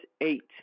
eight